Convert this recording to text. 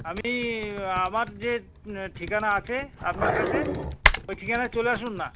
আপনি আমার যে ঠিকানা আছে আপনার কাছে ওই ঠিকানায় চলে আসুন না